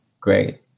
Great